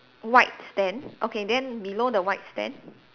white stand okay then below the white stand